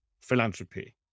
philanthropy